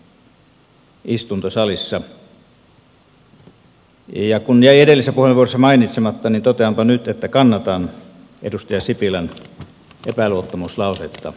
kun jäi edellisessä puheenvuorossa mainitsematta niin toteanpa nyt että kannatan edustaja sipilän epäluottamuslausetta hallitukselle